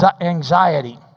anxiety